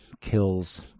kills